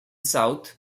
south